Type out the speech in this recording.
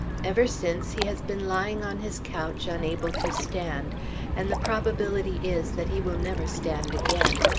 ever since he has been lying on his couch, unable to stand and the probability is that he will never stand again.